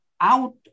out